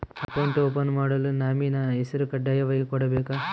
Account open ಮಾಡಲು nominee ಹೆಸರು ಕಡ್ಡಾಯವಾಗಿ ಕೊಡಬೇಕಾ?